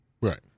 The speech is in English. Right